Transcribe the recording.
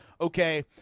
okay